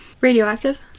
radioactive